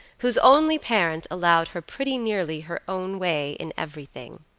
whose only parent allowed her pretty nearly her own way in everything.